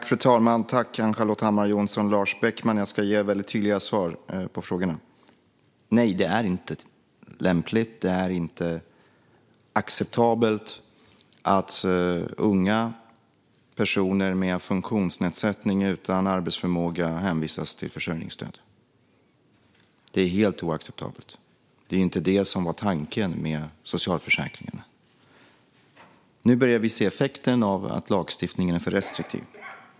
Fru talman! Jag ska ge väldigt tydliga svar på frågorna. Nej, det är inte lämpligt eller acceptabelt att unga personer med funktionsnedsättning och utan arbetsförmåga hänvisas till försörjningsstöd. Det är helt oacceptabelt. Det var inte det som var tanken med socialförsäkringen. Nu börjar vi se effekten av att lagstiftningen är för restriktiv.